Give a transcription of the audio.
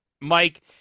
Mike